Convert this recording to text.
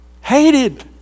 hated